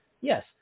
Yes